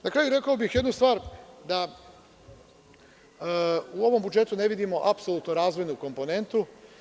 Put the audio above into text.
Na kraju, rekao bih jednu stvar, u ovom budžetu ne vidimo apsolutno razvojnu komponentu.